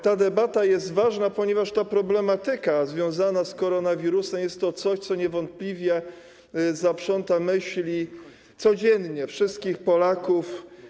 Ta debata jest ważna, ponieważ problematyka związana z koronawirusem to jest coś, co niewątpliwie zaprząta myśli codziennie wszystkich Polaków.